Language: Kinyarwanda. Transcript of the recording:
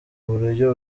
buryo